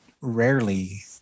rarely